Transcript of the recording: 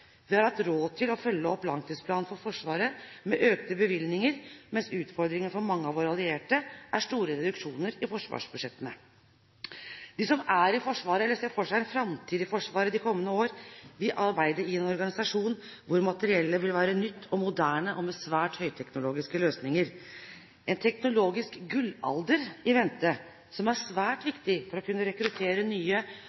Vi har hatt råd til å følge opp langtidsplanen for Forsvaret med økte bevilgninger, mens utfordringen for mange av våre allierte er store reduksjoner i forsvarsbudsjettene. De som er i Forsvaret, eller ser for seg en framtid i Forsvaret de kommende år, vil arbeide i en organisasjon hvor materiellet vil være nytt, moderne og med svært høyteknologiske løsninger. En teknologisk gullalder er i vente, som er svært